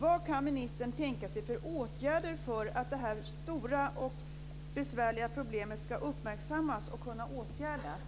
Vad kan ministern tänka sig för åtgärder för att det här stora och besvärliga problemet ska uppmärksammas och kunna åtgärdas?